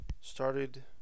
started